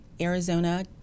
Arizona